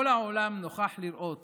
כל העולם נוכח לראות